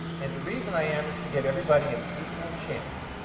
and the reason i am is to give everybody an equal chance.